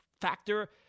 factor